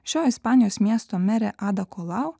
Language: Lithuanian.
šio ispanijos miesto merė ada kolau